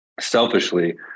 Selfishly